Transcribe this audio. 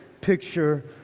picture